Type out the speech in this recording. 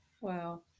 Wow